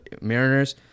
Mariners